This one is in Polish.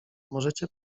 możecie